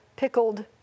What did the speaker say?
Pickled